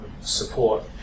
support